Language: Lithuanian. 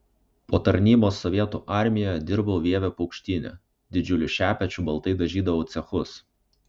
po tarnybos sovietų armijoje dirbau vievio paukštyne didžiuliu šepečiu baltai dažydavau cechus